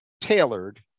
tailored